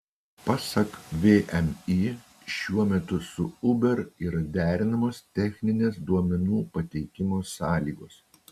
pasak vmi šiuo metu su uber yra derinamos techninės duomenų pateikimo sąlygos